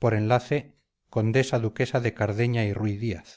por enlace condesa duquesa de cardeña y ruy díaz